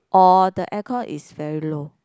or the aircon is very low